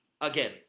Again